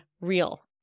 real